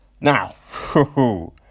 Now